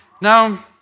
Now